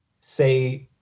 say